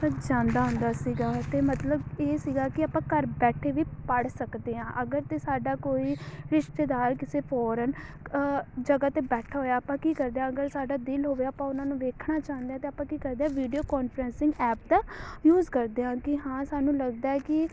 ਜਾਂਦਾ ਹੁੰਦਾ ਸੀਗਾ ਤਾਂ ਮਤਲਬ ਇਹ ਸੀਗਾ ਕਿ ਆਪਾਂ ਘਰ ਬੈਠੇ ਵੀ ਪੜ੍ਹ ਸਕਦੇ ਹਾਂ ਅਗਰ ਤਾਂ ਸਾਡਾ ਕੋਈ ਰਿਸ਼ਤੇਦਾਰ ਕਿਸੇ ਫੋਰਨ ਕ ਜਗ੍ਹਾ 'ਤੇ ਬੈਠਾ ਹੋਇਆ ਆਪਾਂ ਕੀ ਕਰਦੇ ਹਾਂ ਅਗਰ ਸਾਡਾ ਦਿਲ ਹੋਵੇ ਆਪਾਂ ਉਹਨਾਂ ਨੂੰ ਦੇਖਣਾ ਚਾਹੁੰਦੇ ਤਾਂ ਆਪਾਂ ਕੀ ਕਰਦੇ ਹਾਂ ਵੀਡੀਓ ਕੋਂਨਫਰੈਂਸਿੰਗ ਐਪ ਦਾ ਯੂਜ ਕਰਦੇ ਹਾਂ ਕਿ ਹਾਂ ਸਾਨੂੰ ਲੱਗਦਾ ਕਿ